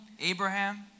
Abraham